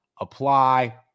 Apply